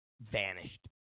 vanished